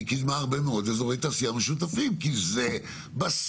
היא קידמה הרבה מאוד אזורי תעשייה משותפים כי זה בסוף